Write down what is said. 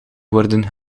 worden